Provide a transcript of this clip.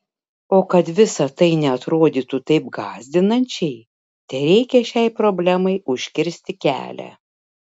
o kad visa tai neatrodytų taip gąsdinančiai tereikia šiai problemai užkirsti kelią